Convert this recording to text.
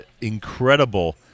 incredible